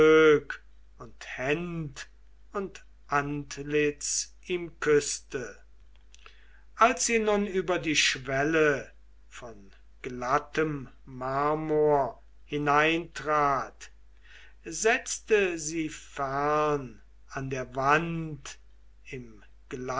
und händ und antlitz ihm küßte als sie nun über die schwelle von glattem marmor hineintrat setzte sie fern an der wand im